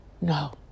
No